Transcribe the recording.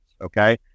Okay